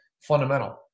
fundamental